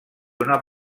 una